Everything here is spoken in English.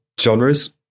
genres